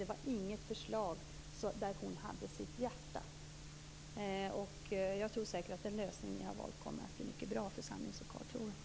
Det var inget förslag där hon hade sitt hjärta. Jag tror säkert att den lösning ni har valt kommer att bli mycket bra för samlingslokalfrågan.